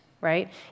right